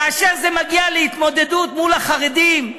כאשר זה מגיע להתמודדות מול החרדים,